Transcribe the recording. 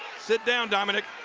sit down, dominick.